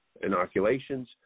inoculations